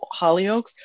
Hollyoaks